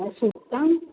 औषध का